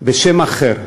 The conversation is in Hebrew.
בשם אחר: